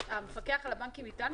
המפקח על הבנקים אתנו?